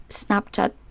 snapchat